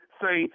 say